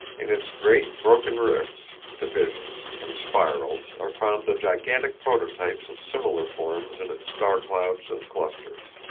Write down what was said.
in its great broken rifts, divisions, and spirals are found the gigantic prototypes of similar forms in its star-clouds and clusters.